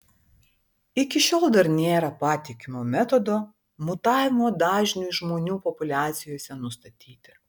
iki šiol dar nėra patikimo metodo mutavimo dažniui žmonių populiacijose nustatyti